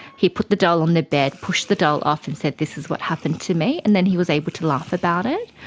he put the doll on the bed, pushed the doll off and said this is what happened to me, and then he was able to laugh about it.